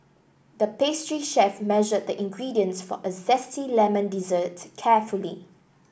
the pastry chef measured the ingredients for a zesty lemon dessert carefully